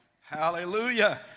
Hallelujah